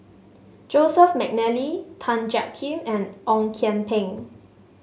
Joseph McNally Tan Jiak Kim and Ong Kian Peng